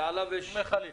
ועליו יש מכלית.